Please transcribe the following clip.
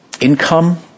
income